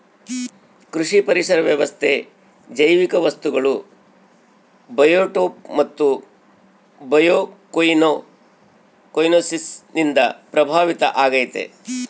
ಕೃಷಿ ಪರಿಸರ ವ್ಯವಸ್ಥೆ ಜೈವಿಕ ವಸ್ತುಗಳು ಬಯೋಟೋಪ್ ಮತ್ತು ಬಯೋಕೊಯನೋಸಿಸ್ ನಿಂದ ಪ್ರಭಾವಿತ ಆಗೈತೆ